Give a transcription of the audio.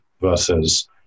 versus